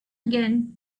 again